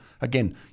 again